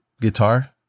guitar